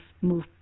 move